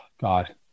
God